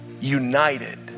united